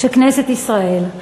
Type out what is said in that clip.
שכנסת ישראל,